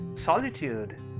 solitude